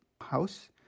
house